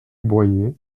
boyer